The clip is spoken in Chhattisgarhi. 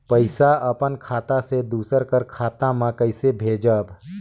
पइसा अपन खाता से दूसर कर खाता म कइसे भेजब?